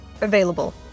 available